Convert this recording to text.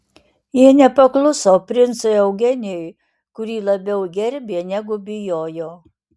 jie nepakluso princui eugenijui kurį labiau gerbė negu bijojo